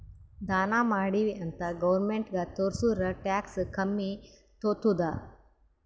ದಾನಾ ಮಾಡಿವ್ ಅಂತ್ ಗೌರ್ಮೆಂಟ್ಗ ತೋರ್ಸುರ್ ಟ್ಯಾಕ್ಸ್ ಕಮ್ಮಿ ತೊತ್ತುದ್